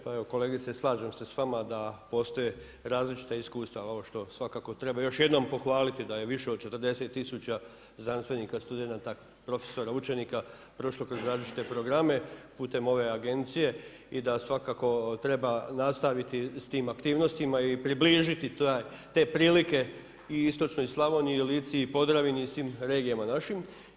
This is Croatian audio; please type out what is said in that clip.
Pa evo kolegice slažem se sa vama da postoje različita iskustva ovo što svako treba još jednom pohvaliti da je više od 40000 znanstvenika, studenata, profesora, učenika prošlo kroz različite programe putem ove agencije i da svakako treba nastaviti sa tim aktivnostima i približiti te prilike i Istočnoj Slavoniji i Lici i Podravini i svim regijama našim.